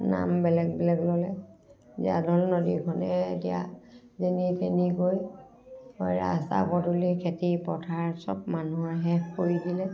নাম বেলেগ বেলেগ ল'লে জীয়া ঢল নদীখনেই এতিয়া যেনিয়ে তেনিয়ে গৈ ৰাস্তা পদূলি খেতি পথাৰ চব মানুহৰ শেষ কৰি দিলে